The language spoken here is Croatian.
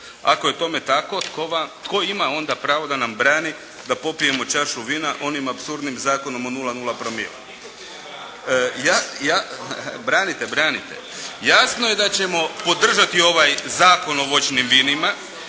Ako je tome tako tko ima onda pravo da nam brani da popijemo čašu vina onim apsurdnim Zakonom od 0,0promila.